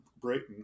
Brayton